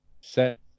set